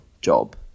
job